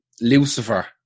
Lucifer